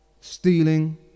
stealing